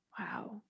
Wow